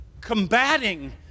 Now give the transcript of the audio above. combating